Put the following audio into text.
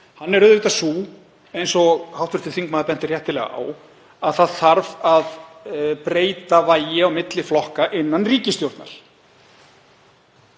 við, er auðvitað sú, eins og hv. þingmaður benti réttilega á, að það þarf að breyta vægi á milli flokka innan ríkisstjórnar.